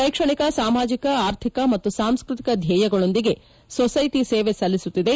ಶೈಕ್ಷಣಿಕ ಸಾಮಾಜಿಕ ಆರ್ಥಿಕ ಮತ್ತು ಸಾಂಸ್ತತಿಕ ಧ್ಲೇಯಗಳೊಂದಿಗೆ ಸೊಸ್ಲೆಟ ಸೇವೆ ಸಲ್ಲಿಸುತ್ತಿದೆ